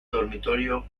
dormitorio